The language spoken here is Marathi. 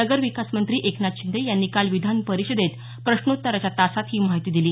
नगर विकास मंत्री एकनाथ शिंदे यांनी काल विधानपरिषदेत प्रश्नोत्तराच्या तासात ही माहिती दिली